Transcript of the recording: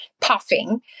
puffing